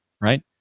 right